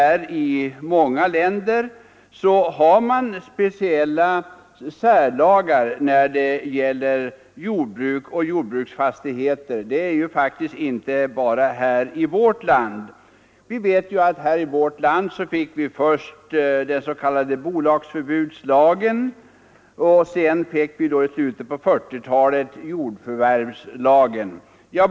I många länder har man särlagar när det gäller jordbruk och jordbruksfastigheter, det förekommer inte bara i vårt land. I Sverige fick vi först den s.k. bolagsförbudslagen och sedan, i slutet av 1940-talet, jordförvärvslagen.